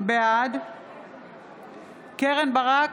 בעד קרן ברק,